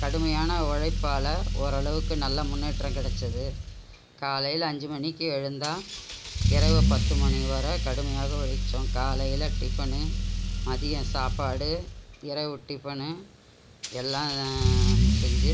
கடுமையான உழைப்பால் ஓரளவுக்கு நல்ல முன்னேற்றம் கிடச்சுது காலையில அஞ்சு மணிக்கு எழுந்தால் இரவு பத்து மணி வர கடுமையாக உழைச்சோம் காலையில டிஃபனு மதியம் சாப்பாடு இரவு டிஃபனு எல்லா செஞ்சு